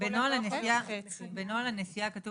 -- -כתוב